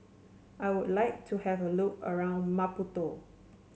I would like to have a look around Maputo